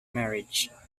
marriage